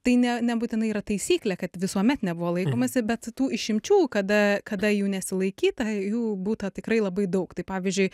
tai ne nebūtinai yra taisyklė kad visuomet nebuvo laikomasi bet tų išimčių kada kada jų nesilaikyta jų būta tikrai labai daug tai pavyzdžiui